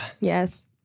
yes